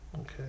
Okay